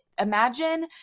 imagine